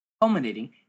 culminating